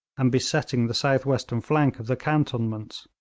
and besetting the south-western flank of the cantonments.